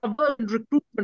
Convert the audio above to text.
recruitment